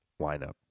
lineup